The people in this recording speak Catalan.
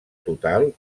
total